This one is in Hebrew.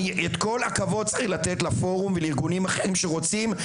אני את כל הכבוד צריך לתת לפורום ולארגונים אחרים שרוצים,